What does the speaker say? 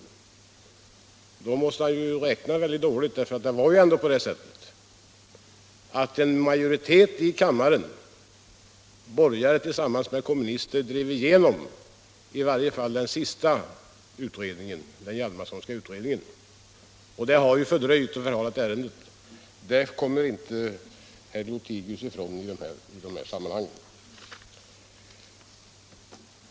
Han måste då minnas mycket dåligt, eftersom det ju ändå var på det sättet att en majoritet i kammaren — borgare tillsammans med kommunister — drev igenom i varje fall den sista utredningen, den Hjalmarsonska utredningen. Detta har fördröjt och förhalat ärendet — det kommer inte herr Lothigius ifrån.